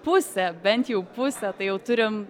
pusę bent jau pusę tai jau turim